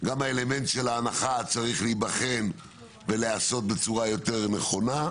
גם האלמנט של ההנחה צריך להיבחן ולהיעשות בצורה יותר נכונה.